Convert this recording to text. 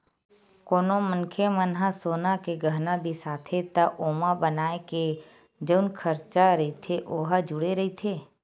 कोनो मनखे मन ह सोना के गहना बिसाथे त ओमा बनाए के जउन खरचा रहिथे ओ ह जुड़े रहिथे